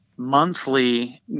monthly